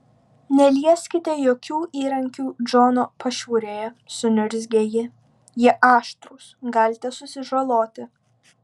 nelieskite jokių įrankių džono pašiūrėje suniurzgė ji jie aštrūs galite susižaloti